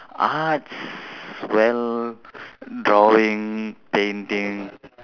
arts well drawing painting